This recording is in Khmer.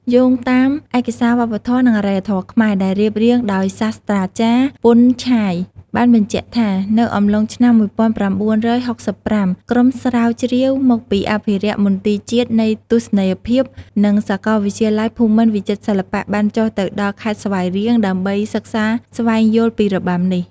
យោងតាមឯកសារវប្បធម៌ និងអរិយធម៌ខ្មែរ ដែលរៀបរៀងដោយសាស្ត្រាចារ្យ ពន់ ឆាយ បានបញ្ជាក់ថា នៅអំឡុងឆ្នាំ១៩៦៥ ក្រុមស្រាវជ្រាវមកពីអភិរក្សមន្ទីរជាតិនៃទស្សនីយភាព និងសាកលវិទ្យាល័យភូមិន្ទវិចិត្រសិល្បៈ បានចុះទៅដល់ខេត្តស្វាយរៀង ដើម្បីសិក្សាស្វែងយល់ពីរបាំនេះ។